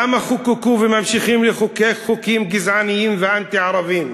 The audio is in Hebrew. למה חוקקו וממשיכים לחוקק חוקים גזעניים ואנטי-ערביים?